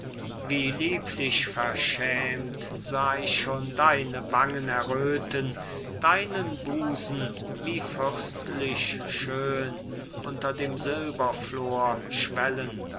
wie lieblich verschämt sah ich schon deine wangen erröten deinen busen wie fürstlich schön unter dem silberflor schwellen